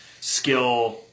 skill